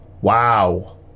Wow